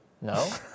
No